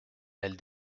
elle